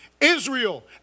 Israel